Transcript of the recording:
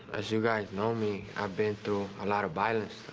as you guys know me, i've been through a lot of violence.